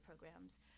programs